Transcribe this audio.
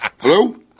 Hello